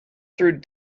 through